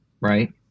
right